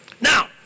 Now